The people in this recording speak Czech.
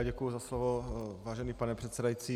Tak já děkuji za slovo, vážený pane předsedající.